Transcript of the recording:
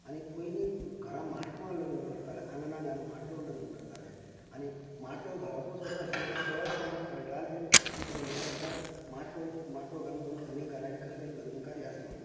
आनी पयलीं घरां माटवां लग्नां करताली आंगणा घालन माटव लग्ना करताले आनी माटव घालपूच असो आशिल्लोे तो न कोणाक कळटाले की अंदू वर्साक माटव हांगे घरान कसलें लग्नकार्य आसा म्हण